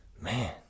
man